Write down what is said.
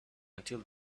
until